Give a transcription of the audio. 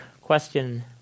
question